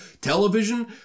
television